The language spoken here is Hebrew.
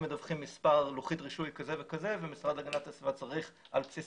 הם מדווחים מספר לוחית רישוי כזה וכזה והמשרד להגנת הסביבה צריך על בסיס